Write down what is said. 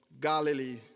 Galilee